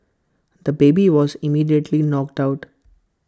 the baby was immediately knocked out